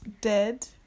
dead